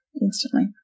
instantly